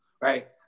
right